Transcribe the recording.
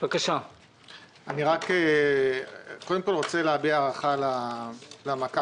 קודם כול אני רוצה להביע הערכה למעקב